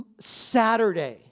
Saturday